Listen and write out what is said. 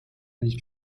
nicht